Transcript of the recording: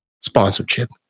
sponsorship